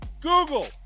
Google